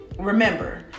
Remember